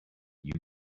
you